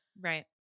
right